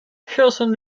carson